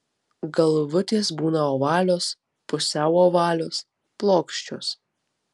galvutės būna ovalios pusiau ovalios plokščios